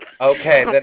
Okay